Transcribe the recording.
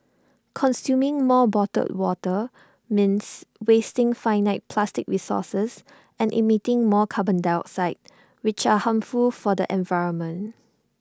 consuming more bottled water means wasting finite plastic resources and emitting more carbon dioxide which are harmful for the environment